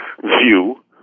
view